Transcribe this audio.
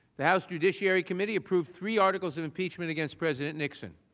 the house judiciary committee approved three articles of impeachment against president nixon.